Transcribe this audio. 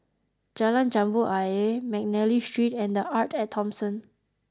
Jalan Jambu Ayer McNally Street and The Arte at Thomson